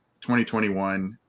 2021